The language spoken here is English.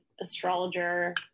astrologer